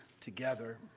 together